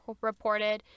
reported